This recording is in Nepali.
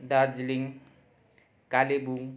दार्जिलिङ कालेबुङ